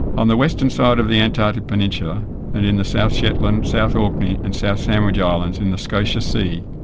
on the western side of the antarctic peninsula and in the south shetland, south orkney and south sandwich islands in the scotia sea,